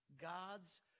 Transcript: God's